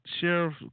Sheriff